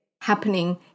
happening